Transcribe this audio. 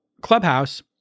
Clubhouse